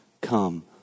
come